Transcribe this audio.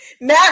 now